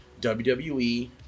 WWE